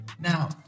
Now